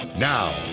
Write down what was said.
Now